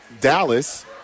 Dallas